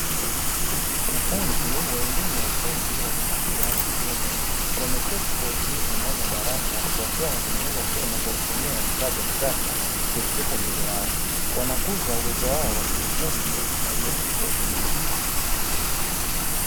Wanafunzi wa elimu ya ufundi wa jinsia ya kiume, wameketi kwa utulivu ndani ya darasa, wakiwa wanatengeneza simu kwa kutumia vifaa vya kisasa, vilivyopo mbele yao. Wanakuza uwezo wao wa kiufundi na ubunifu binafsi.